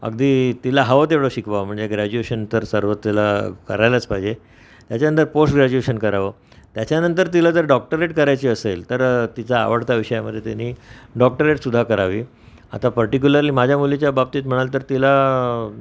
अगदी तिला हवं तेवढं शिकवा म्हणजे ग्रॅज्युएशन तर सर्व तिला करायलाच पाहिजे त्याच्यानंतर पोस्ट ग्रॅज्युएशन करावं त्याच्यानंतर तिला जर डॉक्टरेट करायची असेल तर तिचा आवडता विषयामध्ये त्यानी डॉक्टरेटसुद्धा करावी आता पर्टिक्युलरली माझ्या मुलीच्या बाबतीत म्हणाल तर तिला